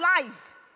life